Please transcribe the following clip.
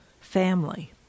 Family